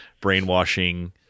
brainwashing